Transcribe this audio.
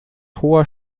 hoher